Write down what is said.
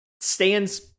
stands